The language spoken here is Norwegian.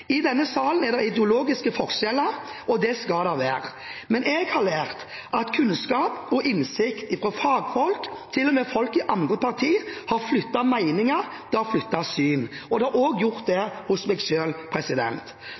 I denne salen er det ideologiske forskjeller, og det skal det være, men jeg har lært at kunnskap og innsikt fra fagfolk – og til og med fra folk i andre partier – har flyttet meninger, det har flyttet syn, og det har også gjort det hos meg